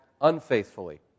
unfaithfully